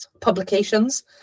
publications